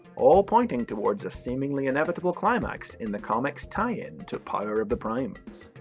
all pointing towards a seemingly inevitable climax in the comics' tie-in to power of the primes.